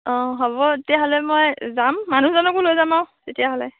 অ' হ'ব তেতিয়াহ'লে মই যাম মানুহজনকো লৈ যাম আৰু তেতিয়াহ'লে